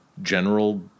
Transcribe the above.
General